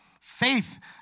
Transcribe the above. Faith